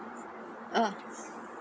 uh